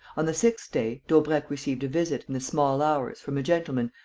on the sixth day daubrecq received a visit, in the small hours, from a gentleman,